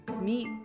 meet